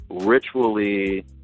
ritually